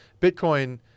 Bitcoin